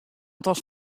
dochs